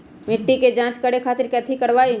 मिट्टी के जाँच करे खातिर कैथी करवाई?